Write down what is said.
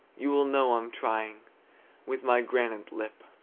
you will know i'm trying with my granite lip!